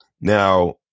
Now